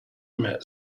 met